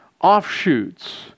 offshoots